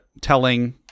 telling